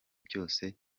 byose